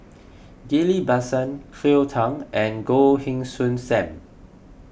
Ghillie Basan Cleo Thang and Goh Heng Soon Sam